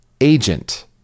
Agent